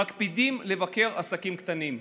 מקפידים לבקר עסקים קטנים.